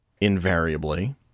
invariably